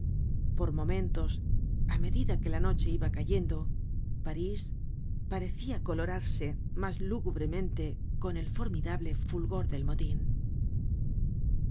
por momentos á medida que la noche iba cayendo parís parecia colorarse mas lúgubremente con el formidable fulgor del motin